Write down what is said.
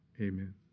amen